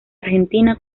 argentina